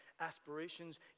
aspirations